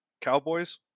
Cowboys